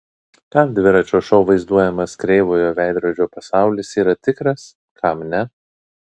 kam dviračio šou vaizduojamas kreivojo veidrodžio pasaulis yra tikras kam ne